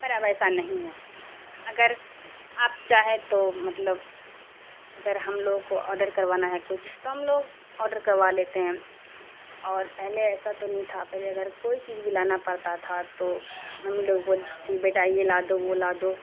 پر اب ایسا نہیں ہے اگر آپ چاہیں تو مطلب اگر ہم لوگوں کو آڈر کروانا ہے کچھ تو ہم لوگ آڈر کروا لیتے ہیں اور پہلے ایسا تو نہیں تھا پہلے اگر کوئی چیز بھی لانا پڑتا تھا تو ممی لوگ بولتی تھی بیٹا یہ لا دو وہ لا دو